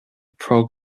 prog